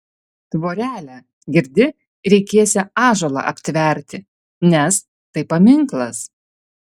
tvorelę girdi reikėsią ąžuolą aptverti nes tai paminklas